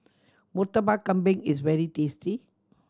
Murtabak Kambing is very tasty